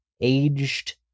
aged